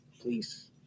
Please